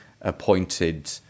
appointed